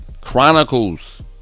Chronicles